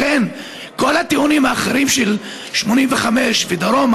לכן, כל הטיעונים האחרים של 85 ודרומה,